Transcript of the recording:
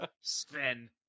Sven